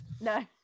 No